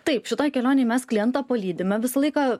taip šitoj kelionėj mes klientą palydime visą laiką